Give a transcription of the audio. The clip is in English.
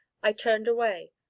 i turned away,